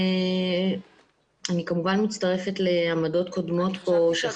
אני כמובן מצטרפת לעמדות קודמות פה.